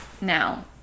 now